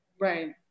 Right